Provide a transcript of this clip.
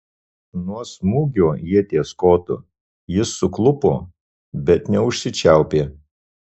nuo smūgio ieties kotu jis suklupo bet neužsičiaupė